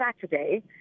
Saturday